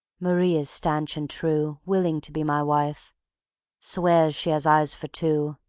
marie is stanch and true, willing to be my wife swears she has eyes for two.